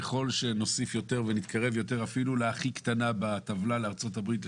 ככל שנוסיף יותר ונתקרב אפילו להכי קטנה בטבלה לארצות הברית,